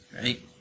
Right